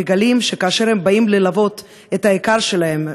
הם מגלים שכאשר הם באים ללוות את היקר להם,